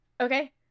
Okay